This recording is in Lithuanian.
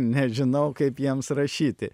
nežinau kaip jiems rašyti